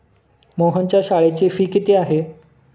मोहनच्या शाळेची फी किती आहे?